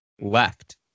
left